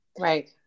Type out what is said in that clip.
Right